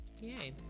Yay